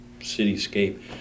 cityscape